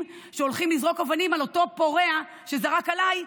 שהולכים לזרוק אבנים על אותו פורע שזרק עליי.